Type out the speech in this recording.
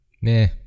Meh